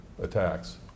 attacks